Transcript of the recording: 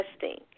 testing